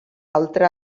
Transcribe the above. altra